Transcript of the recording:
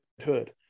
hood